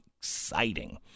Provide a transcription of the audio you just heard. exciting